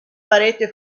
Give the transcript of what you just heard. parete